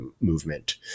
movement